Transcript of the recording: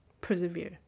persevere